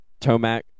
Tomac